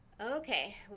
okay